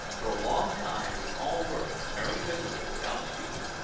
for a long time we all worked very busily without speaking.